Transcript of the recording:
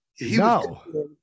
no